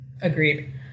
Agreed